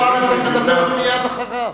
חברת הכנסת זוארץ, את מדברת מייד אחריו.